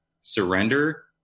surrender